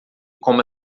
coma